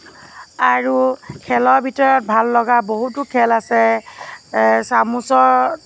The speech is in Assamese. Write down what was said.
আৰু খেলৰ ভিতৰত ভাল লগা বহুতো খেল আছে চামুচত